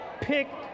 Picked